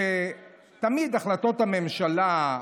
שתמיד החלטות הממשלה,